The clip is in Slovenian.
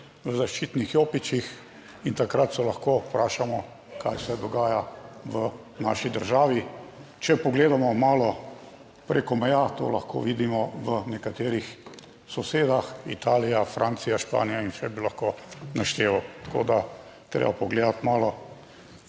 v zaščitnih jopičih. In takrat se lahko vprašamo kaj se dogaja v naši državi. Če pogledamo malo preko meja, to lahko vidimo v nekaterih sosedah, Italija, Francija, Španija in še bi lahko našteval, tako da je treba pogledati malo